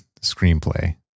screenplay